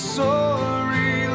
sorry